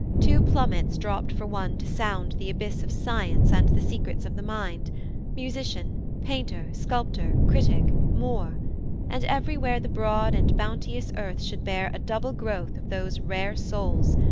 two plummets dropt for one to sound the abyss of science, and the secrets of the mind musician, painter, sculptor, critic, more and everywhere the broad and bounteous earth should bear a double growth of those rare souls,